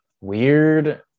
weird